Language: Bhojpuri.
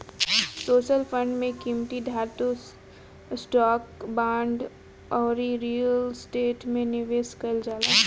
सोशल फंड में कीमती धातु, स्टॉक, बांड अउरी रियल स्टेट में निवेश कईल जाला